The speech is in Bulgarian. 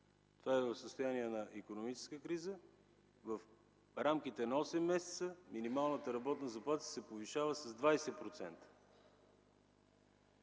лева. В състояние на икономическа криза в рамките на осем месеца минималната работна заплата се повишава с 20%.